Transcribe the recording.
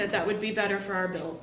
that that would be better for our b